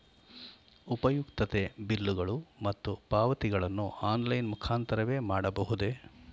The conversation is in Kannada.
ಉಪಯುಕ್ತತೆ ಬಿಲ್ಲುಗಳು ಮತ್ತು ಪಾವತಿಗಳನ್ನು ಆನ್ಲೈನ್ ಮುಖಾಂತರವೇ ಮಾಡಬಹುದೇ?